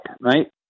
right